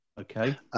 Okay